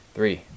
Three